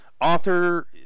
author